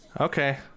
Okay